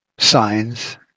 signs